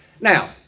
Now